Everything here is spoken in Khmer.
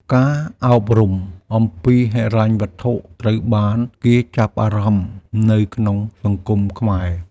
ការអប់រំអំពីហិរញ្ញវត្ថុត្រូវបានគេចាប់អារម្មណ៍នៅក្នុងសង្គមខ្មែរ។